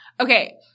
Okay